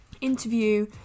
interview